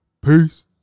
Peace